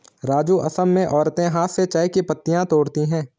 राजू असम में औरतें हाथ से चाय की पत्तियां तोड़ती है